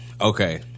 Okay